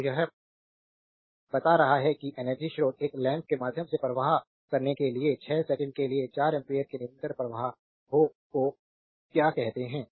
तो यह बता रहा है कि एनर्जी स्रोत एक लैंप के माध्यम से प्रवाह करने के लिए 6 सेकंड के लिए 4 एम्पियर के निरंतर प्रवाह को क्या कहते हैं